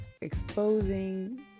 exposing